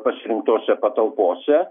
pasirinktose patalpose